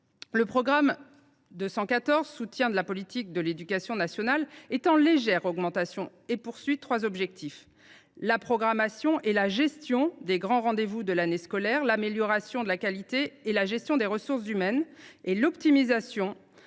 Le programme 214, « Soutien de la politique de l’éducation nationale », est en légère augmentation et poursuit trois objectifs : la programmation et la gestion des grands rendez vous de l’année scolaire ; l’amélioration de la qualité et de la gestion des ressources humaines ; l’optimisation